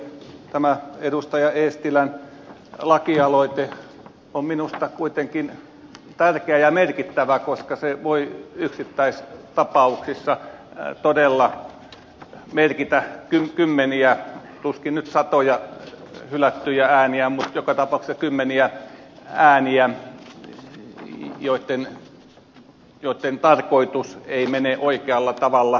tämä edustaja eestilän lakialoite on minusta kuitenkin tärkeä ja merkittävä koska se voi yksittäistapauksissa todella merkitä kymmeniä tuskin nyt satoja joka tapauksessa kymmeniä ääniä hylättyjä ääniä joitten tarkoitus ei mene oikealla tavalla perille